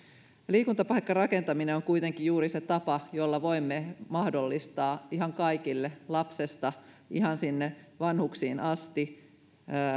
liikuntapaikkarakentaminen on kuitenkin juuri se tapa jolla voimme mahdollistaa ihan kaikille lapsesta ihan sinne vanhuksiin asti